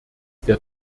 der